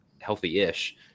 healthy-ish